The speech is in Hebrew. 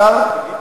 השר?